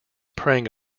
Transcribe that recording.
preying